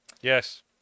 Yes